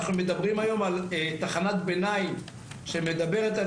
אנחנו מדברים היום על תחנת ביניים שמדברת על